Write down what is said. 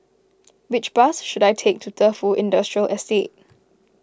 which bus should I take to Defu Industrial Estate